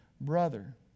brother